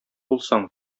булсаң